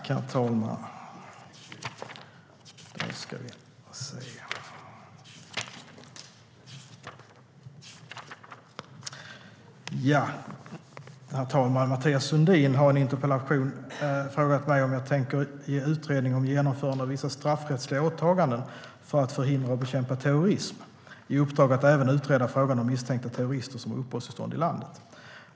Herr talman! Mathias Sundin har i en interpellation frågat mig om jag tänker ge Utredningen om genomförande av vissa straffrättsliga åtaganden för att förhindra och bekämpa terrorism i uppdrag att även utreda frågan om misstänkta terrorister som har uppehållstillstånd i landet.